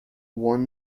one